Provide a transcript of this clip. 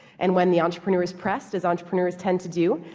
and when the entrepreneurs pressed, as entrepreneurs tend to do,